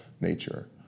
nature